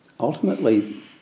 Ultimately